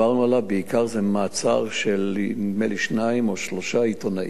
בעיקר מעצר של נדמה לי שניים או שלושה עיתונאים,